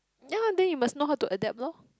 ya then you must know how to adapt loh